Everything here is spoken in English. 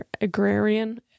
agrarian